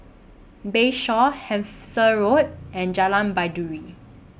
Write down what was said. Bayshore Hampshire Road and Jalan Baiduri